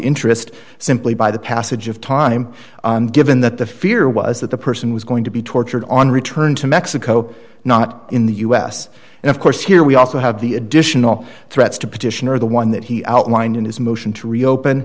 interest simply by the passage of time given that the fear was that the person was going to be tortured on return to mexico not in the u s and of course here we also have the additional threats to petition or the one that he outlined in his motion to